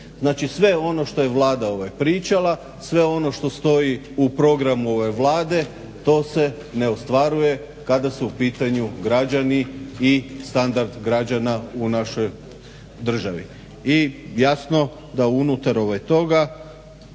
Znači sve ono što je Vlada pričala, sve ono što stoji u programu Vlade to se ne ostvaruje kada su u pitanju građani i standard građana u našoj državi i jasno da unutar toga